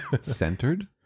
Centered